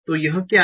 तो यह क्या है